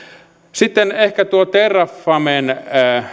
sitten ehkä tuo terrafamen